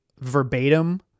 verbatim